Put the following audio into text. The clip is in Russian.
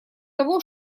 того